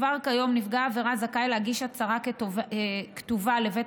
כבר כיום נפגע העבירה זכאי להגיש הצהרה כתובה לבית